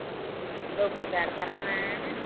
డబ్బులకి ఆడతారా అమ్మా